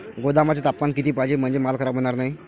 गोदामाचे तापमान किती पाहिजे? म्हणजे माल खराब होणार नाही?